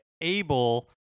able